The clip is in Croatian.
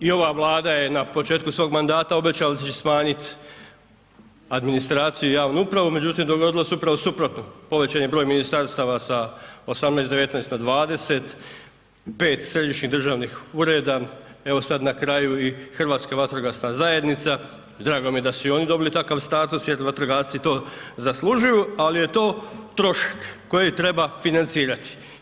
I ova Vlada je na početku svog mandata obećala da će smanjit administraciju i javnu upravu, međutim dogodilo se upravo suprotno povećan je broj ministarstava sa 18, 19 na 20, 5 središnjih državnih ureda, evo sad na kraju i Hrvatska vatrogasna zajednica, drago mi je su i oni dobili takav status jer vatrogasci to zaslužuju, ali je to trošak koji treba financirati.